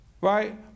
right